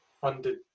funded